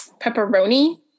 pepperoni